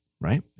right